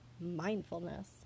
mindfulness